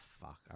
fuck